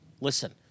Listen